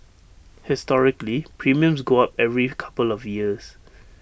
historically premiums go up every couple of years